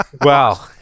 Wow